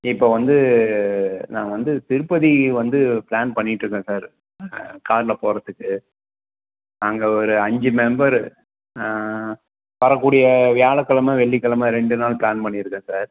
இப்போது வந்து நான் வந்து திருப்பதி வந்து பிளான் பண்ணிகிட்டு இருக்கேன் சார் காரில் போகிறதுக்கு நாங்கள் ஒரு அஞ்சு மெம்பரு வரக்கூடிய வியாழ கிழம வெள்ளி கிழம ரெண்டு நாள் பிளான் பண்ணியிருக்கேன் சார்